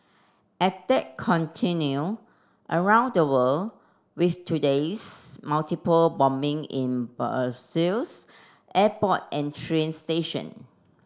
attack continue around the world with today's multiple bombing in Brussels airport and train station